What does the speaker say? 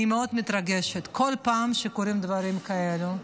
אני מאוד מתרגשת כל פעם שקורים דברים כאלה.